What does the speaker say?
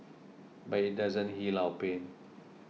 but it doesn't heal our pain